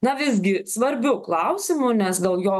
na visgi svarbiu klausimu nes daugiau